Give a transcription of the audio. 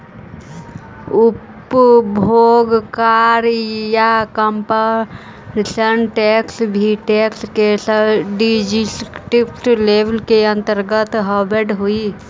उपभोग कर या कंजप्शन टैक्स भी टैक्स के डिस्क्रिप्टिव लेबल के अंतर्गत आवऽ हई